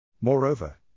Moreover